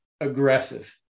aggressive